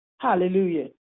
Hallelujah